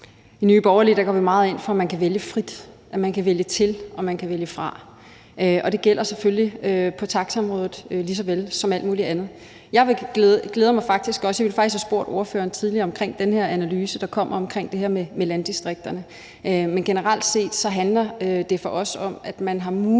I Nye Borgerlige går vi meget ind for, at man kan vælge frit; at man kan vælge til, og at man kan vælge fra. Og det gælder selvfølgelig på taxaområdet lige så vel som alt muligt andet. Jeg ville faktisk have spurgt ordføreren tidligere om den her analyse, der kommer, af det her med landdistrikterne. Men generelt set handler det for os om, at man har mulighed